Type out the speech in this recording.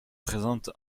présente